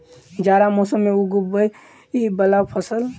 जाड़ा मौसम मे उगवय वला फसल?